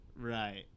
Right